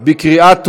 בבקשה,